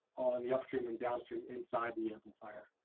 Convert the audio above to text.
on the upstream and downstream inside the amplifier.